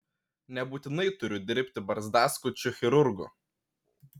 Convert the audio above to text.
nebūtinai turiu dirbti barzdaskučiu chirurgu